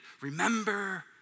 remember